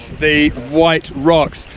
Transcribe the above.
the white rocks.